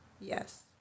Yes